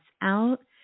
out